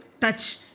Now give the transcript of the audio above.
touch